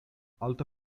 alta